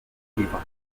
livres